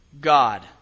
God